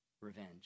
revenge